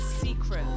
secret